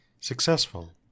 successful